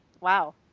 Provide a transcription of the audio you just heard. wow